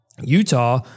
utah